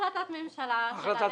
החלטת הממשלה.